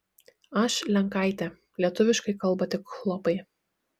aš lenkaitė lietuviškai kalba tik chlopai